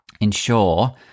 ensure